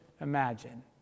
imagine